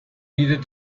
needed